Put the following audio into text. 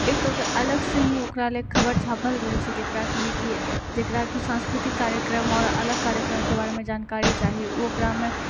एक अलग सँ ही ओकरा लेल खबर छापल रहै छै जेकरा मे की जेकरा की सांस्कृतिक कार्यक्रम आओर अलग कार्यक्रमके बारे मे जानकारी चाही ओ ओकरा मे